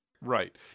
Right